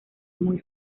muy